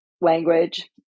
language